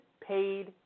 paid